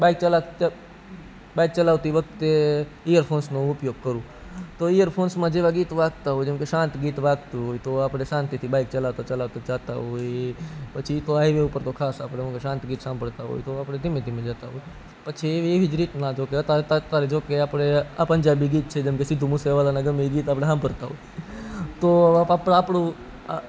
bike ચલાવ તે bike ચલાવતી વખતે ઈયર ફોન્સનો ઉપયોગ કરું તો ઇયર્સ ફોન્સમાં જેવા ગીત વાગતાં હોય જેમ કે શાંત ગીત વાગતું હોય તો આપણે શાંતિથી બાઇક ચલાવતા ચલાવતા જતા હોઈએ પછી તો હાઇવે ઉપર તો ખાસ આપણે શું કે શાંત ગીત સાંભળતાં હોય તો ધીમે ધીમે જતાં હોઈએ પછી એવી એવી રીતના જોકે અત્યારે તત્પર જોકે આપણે પંજાબી ગીત છે જેમ કે સિંધુ મુસેવાલાના ગમે ઈ ગીત આપણે સાંભળતાં હોય તો આ આપણું